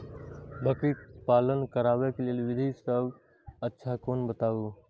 बकरी पालन करबाक लेल विधि सबसँ अच्छा कोन बताउ?